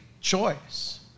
choice